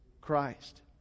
Christ